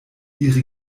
ihre